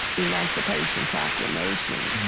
emancipation proclamation.